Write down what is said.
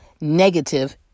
negative